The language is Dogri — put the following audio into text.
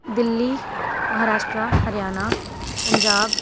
दिल्ली महाराश्ट्रा हरियाणा पंजाब